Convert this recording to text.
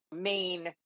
main